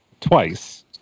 twice